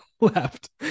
left